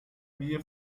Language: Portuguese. minha